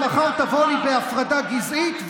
מחר תבוא לי בהפרדה גזעית,